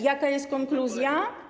Jaka jest konkluzja?